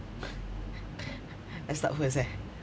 I start first eh